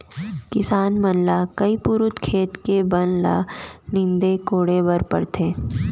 किसान मन ल कई पुरूत खेत के बन ल नींदे कोड़े बर परथे